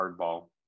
hardball